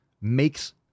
Makes